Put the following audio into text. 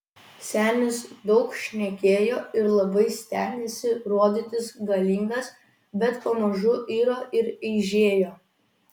senis daug šnekėjo ir labai stengėsi rodytis galingas bet pamažu iro ir eižėjo